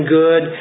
good